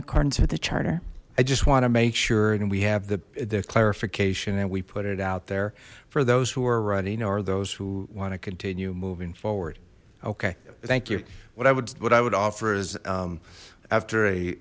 accordance with the charter i just want to make sure and we have the the clarification and we put it out there for those who are running or those who want to continue moving forward okay thank you what i would what i would offer is after